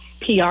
pr